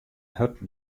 hurd